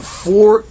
four